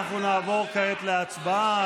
אנחנו נעבור כעת להצבעה.